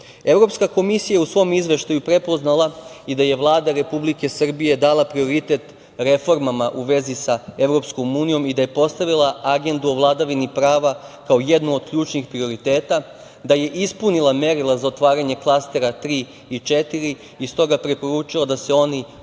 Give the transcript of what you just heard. unije. Evropska komisija je u svom izveštaju prepoznala i da je Vlada Republike Srbije dala prioritet reformama u vezi sa Evropskom unijom i da je postavila Agendu o vladavini prava, kao jednu od ključnih prioriteta, da je ispunila merila za otvaranje klastera 3 i 4 i stoga preporučila da se oni otvore,